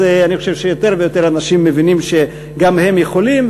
אני חושב שיותר ויותר אנשים מבינים שגם הם יכולים,